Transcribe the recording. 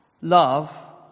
Love